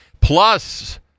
Plus